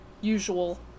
usual